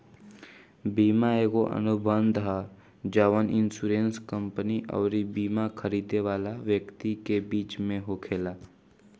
बीमा एगो अनुबंध ह जवन इन्शुरेंस कंपनी अउरी बिमा खरीदे वाला व्यक्ति के बीच में होखेला